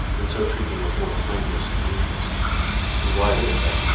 and so treat them with more kindness and interest and why it is that,